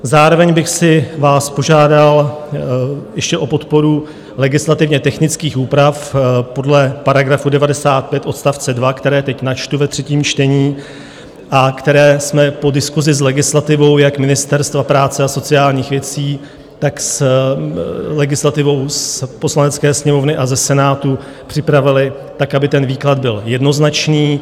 Zároveň bych vás požádal ještě o podporu legislativně technických úprav podle § 95 odst. 2, které teď načtu ve třetím čtení a které jsme po diskusi s legislativou jak Ministerstva práce a sociálních věcí, tak s legislativou Poslanecké sněmovny a ze Senátu připravili tak, aby výklad byl jednoznačný.